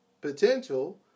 potential